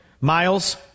Miles